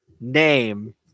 name